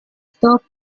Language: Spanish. stop